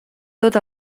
tot